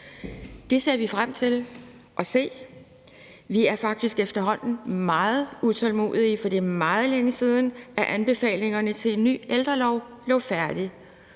Det ser vi frem til at se. Vi er faktisk efterhånden meget utålmodige, for det er meget længe siden, at anbefalingerne til en ny ældrelov lå færdig.